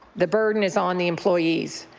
the burden is on the employees.